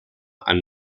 and